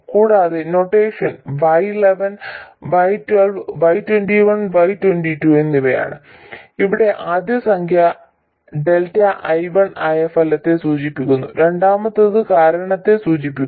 കൂടാതെ notation y11 y12 y21 y22 എന്നിവയാണ് ഇവിടെ ആദ്യ സംഖ്യ ΔI1 ആയ ഫലത്തെ സൂചിപ്പിക്കുന്നു രണ്ടാമത്തേത് കാരണത്തെ സൂചിപ്പിക്കുന്നു